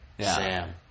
Sam